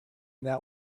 that